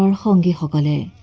um the company